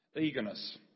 Eagerness